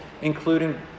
including